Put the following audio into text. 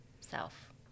self